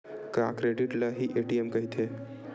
का क्रेडिट ल हि ए.टी.एम कहिथे?